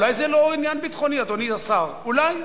אולי זה לא עניין ביטחוני, אדוני השר, אולי.